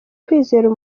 kwizera